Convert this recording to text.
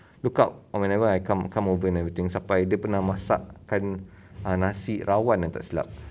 look out on whenever I come come over and everything sampai dia pun nak masakkan nasi rawon ah tak silap